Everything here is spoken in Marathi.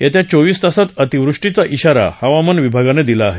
येत्या चोवीस तासात अतिवृष्टीचा इशारा हवामान विभागानं दिला आहे